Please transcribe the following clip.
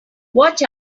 watch